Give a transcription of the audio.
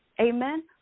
Amen